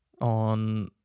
on